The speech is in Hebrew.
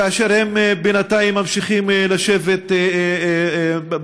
כאשר הם בינתיים ממשיכים לשבת בבתים.